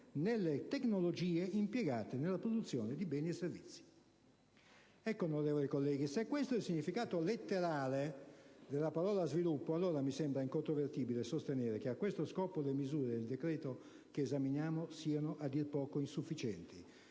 nelle tecnologie impiegate nella produzione di beni e servizi». Ecco, onorevoli colleghi, se questo è il significato letterale della parola "sviluppo", mi sembra incontrovertibile sostenere che a tale scopo le misure del decreto che esaminiamo siano a dire poco insufficienti